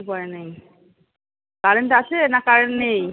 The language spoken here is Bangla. উপায় নেই কারেন্ট আছে না কারেন্ট নেই